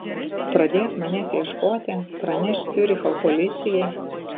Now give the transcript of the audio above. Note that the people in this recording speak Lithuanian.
pradės manęs ieškoti praneš ciuricho policijai